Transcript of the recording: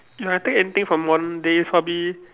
ya I take anything from one day probably